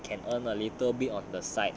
can earn a little bit on the site